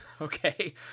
okay